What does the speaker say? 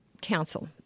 Council